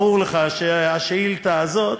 ברור לך שהשאילתה הזאת,